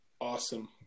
Awesome